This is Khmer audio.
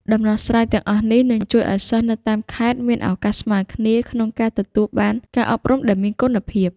ដំណោះស្រាយទាំងអស់នេះនឹងជួយឱ្យសិស្សនៅតាមខេត្តមានឱកាសស្មើគ្នាក្នុងការទទួលបានការអប់រំដែលមានគុណភាព។